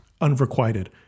unrequited